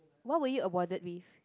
what were you awarded with